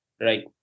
right